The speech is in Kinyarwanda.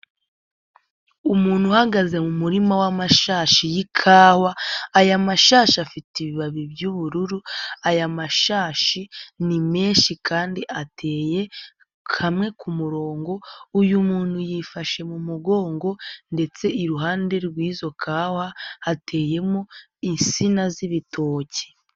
Umuntu uhagaze mu murima w'amashashi y'ikawa, aya mashashi afite ibibabi by'ubururu, aya mashashi ni menshi kandi ateye kamwe ku murongo, uyu muntu yifashe mu mugongo ndetse iruhande rw'izo kawa hateyemo insina z'ibitoki.